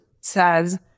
says